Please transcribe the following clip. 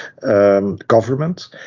government